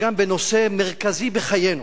שגם בנושא מרכזי בחיינו,